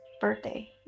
birthday